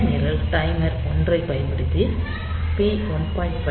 இந்த நிரல் டைமர் 1 ஐப் பயன்படுத்தி p 1